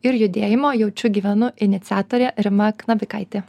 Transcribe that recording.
ir judėjimo jaučiu gyvenu iniciatorė rima knabikaitė